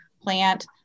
plant